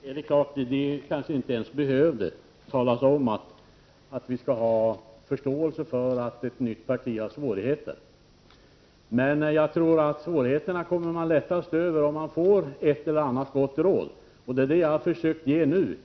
Herr talman! Det senaste kanske inte behövde talas om, nämligen att vi skall ha förståelse för att ett nytt parti har svårigheter. Men man kommer lättast över svårigheterna om man får ett eller annat gott råd och det är vad jag har försökt ge nu.